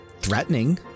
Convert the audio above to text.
threatening